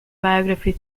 biography